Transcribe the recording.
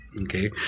Okay